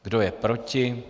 Kdo je proti?